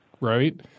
right